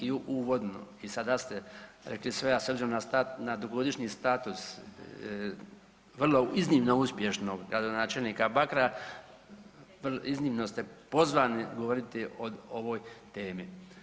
I uvodno i sada ste rekli sve, a s obzirom na dugogodišnji status vrlo iznimno uspješnog gradonačelnika Bakra, iznimno ste pozvani govoriti o ovoj temi.